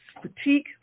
critique